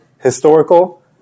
historical